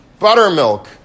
Buttermilk